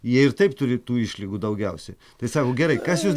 jie ir taip turi tų išlygų daugiausia tai sako gerai kas jus